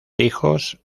hijos